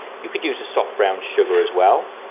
you could use a soft brown sugar as well.